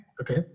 Okay